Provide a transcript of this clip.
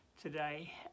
today